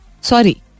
sorry